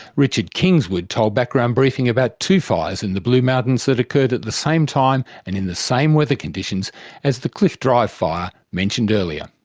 richard kingswood told background briefing about two fires in the blue mountains that occurred at the same time and in the same weather conditions as the cliff drive fire mentioned earlier,